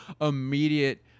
immediate